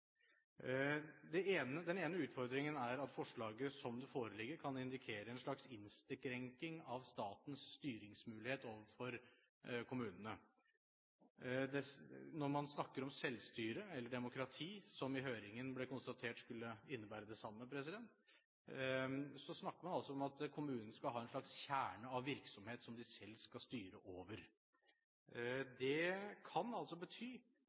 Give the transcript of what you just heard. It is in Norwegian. det foreligger, kan indikere en slags innskrenkning av statens styringsmulighet overfor kommunene. Når man snakker om selvstyre eller demokrati, som det i høringen ble konstatert skulle innebære det samme, snakker man altså om at kommunene skal ha en slags kjerne av virksomhet som de selv skal styre over. Det kan bety